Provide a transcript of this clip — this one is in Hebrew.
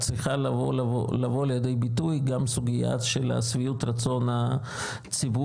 צריכה לבוא גם לידי ביטוי סוגיה של שביעות רצון הציבור